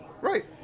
Right